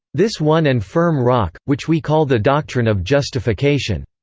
this one and firm rock, which we call the doctrine of justification,